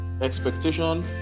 expectation